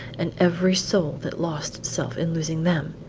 and every soul that lost itself in losing them.